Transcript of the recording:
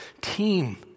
team